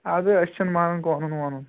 اَدٕ أسی چھِنہٕ مانَن قوٚنوٗن ووٚنوٗن